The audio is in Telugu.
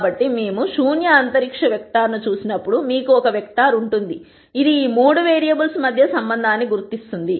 కాబట్టి మేము శూన్య అంతరిక్ష వెక్టర్ను చూసినప్పుడు మీకు ఒక వెక్టర్ ఉంటుంది ఇది ఈ మూడు వేరియబుల్స్ మధ్య సంబంధాన్ని గుర్తిస్తుంది